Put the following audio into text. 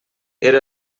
era